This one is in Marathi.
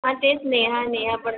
हां तेच नेहा नेहा पण